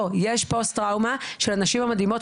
לא, יש פוסט טראומה של הנשים המדהימות פה.